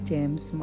James